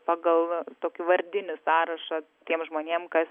pagal tokį vardinį sąrašą tiem žmonėm kas